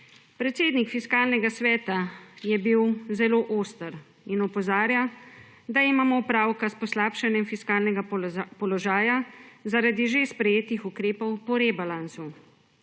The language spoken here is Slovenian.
Predsednik Fiskalnega sveta je bil zelo oster in opozarja, da imamo opravka s poslabšanjem fiskalnega položaja zaradi že sprejetih ukrepov po rebalansu.